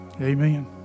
Amen